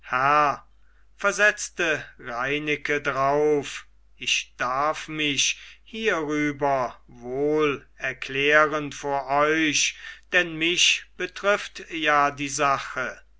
versetzte reineke drauf ich darf mich hierüber wohl erklären vor euch denn mich betrifft ja die sache